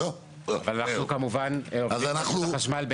ואנחנו כמובן עובדים עם רשות החשמל ביחד.